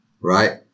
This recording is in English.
right